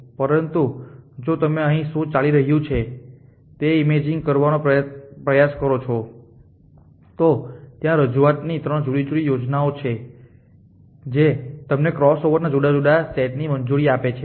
પરંતુ જો તમે અહીં શું ચાલી રહ્યું છે તેની ઇમેજિંગ કરવાનો પ્રયાસ કરો છો તો ત્યાં રજૂઆતની ત્રણ જુદી જુદી યોજનાઓ છે જે તમને ક્રોસઓવરના જુદા જુદા સેટની મંજૂરી આપે છે